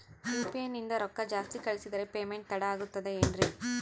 UPI ನಿಂದ ರೊಕ್ಕ ಜಾಸ್ತಿ ಕಳಿಸಿದರೆ ಪೇಮೆಂಟ್ ತಡ ಆಗುತ್ತದೆ ಎನ್ರಿ?